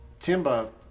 timba